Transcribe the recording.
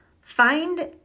find